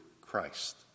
Christ